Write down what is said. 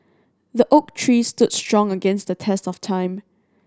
the oak tree stood strong against the test of time